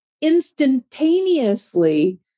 instantaneously